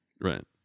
Right